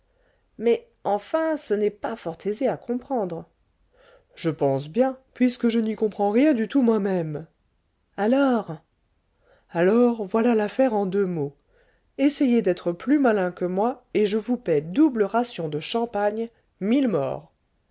mais enfin ce n'est pas fort aisé à comprendre je pense bien puisque je n'y comprends rien du tout moi-même alors alors voilà l'affaire en deux mots essayez d'être plus malins que moi et je vous paie double ration de champagne mille morts